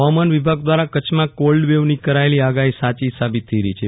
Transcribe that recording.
ફવામાન વિભાગ દ્વારા કચ્છમાં કોલ્ડવેવની કરાયેલી આગાહી સાચી સાબિત થઈ રહી છે